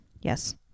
Yes